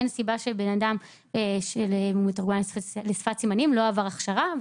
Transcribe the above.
אין סיבה שבן אדם שהוא מתורגמן לשפת הסימנים לא עבר הכשרה.